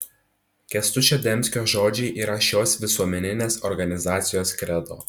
kęstučio demskio žodžiai yra šios visuomeninės organizacijos kredo